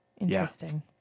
Interesting